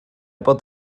bod